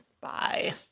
Bye